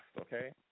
okay